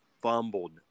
fumbled